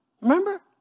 Remember